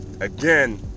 again